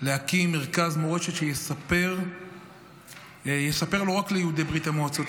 להקים מרכז מורשת שיספר לא רק ליהודי ברית המועצות